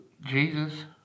Jesus